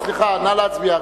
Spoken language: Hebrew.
נא להצביע.